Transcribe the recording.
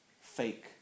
fake